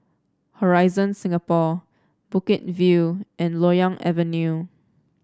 Horizon Singapore Bukit View and Loyang Avenue